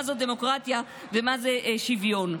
מה זו דמוקרטיה ומה זה שוויון.